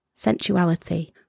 sensuality